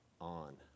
on